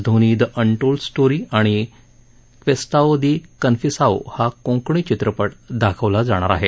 Dhoni the untold story आणि क्वेस्टाओ डि कन्फ्युसाओ हा कोंकणी चित्रपट दाखवला जाणार आहे